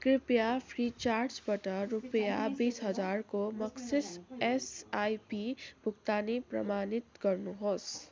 कृपया फ्रिचार्जबाट रुपियाँ बिस हजारको मासिक एसआइपी भुक्तानी प्रमाणित गर्नुहोस्